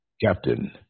Captain